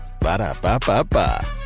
Ba-da-ba-ba-ba